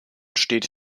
steht